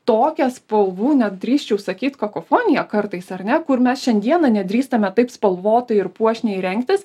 tokią spalvų net drįsčiau sakyt kakofoniją kartais ar ne kur mes šiandieną nedrįstame taip spalvotai ir puošniai rengtis